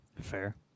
Fair